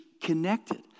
connected